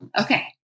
Okay